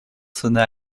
sonna